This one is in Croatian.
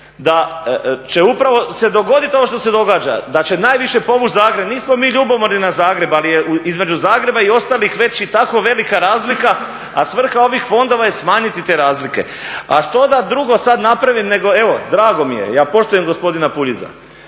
da će upravo se dogoditi ovo što se događa, da će najviše pomoći Zagreb. Nismo mi ljubomorni na Zagreb, ali između Zagreba i ostalih već je i tako velika razlika, a svrha ovih fondova je smanjiti te razlike. A što da drugo sada napravim nego, evo, drago mi je, ja poštujem gospodina Puljiza,